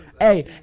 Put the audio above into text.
Hey